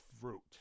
fruit